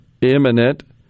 imminent